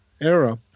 era